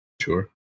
Sure